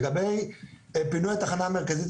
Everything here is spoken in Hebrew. לגבי פינוי התחנה המרכזית,